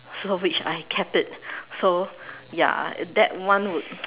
so which I kept it so ya that one would